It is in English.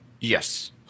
Yes